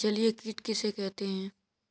जलीय कीट किसे कहते हैं?